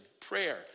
prayer